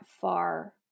far